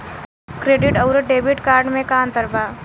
Credit अउरो debit card मे का अन्तर बा?